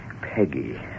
Peggy